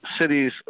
cities